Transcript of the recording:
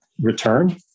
return